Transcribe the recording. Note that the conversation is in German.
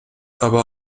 aber